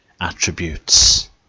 attributes